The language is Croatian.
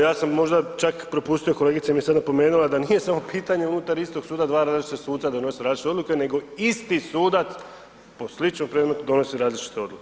Ja sam možda čak propustio kolegici, jer mi je sada napomenula, jer nije samo pitanje unutar istog suda, dva različita suca donose različite odluke, nego isti sudac po sličnom predmetu donosi različite odluku.